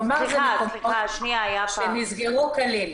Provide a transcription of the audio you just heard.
כלומר הם מקומות שנסגרו כליל.